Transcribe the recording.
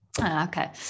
Okay